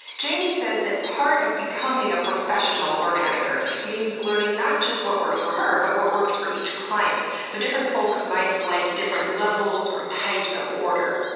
jamie says that part of becoming a professional organizer means learning not just what works for her, but what works for each client. so different folks might like different levels or types of order.